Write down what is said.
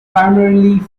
primarily